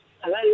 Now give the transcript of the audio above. Hello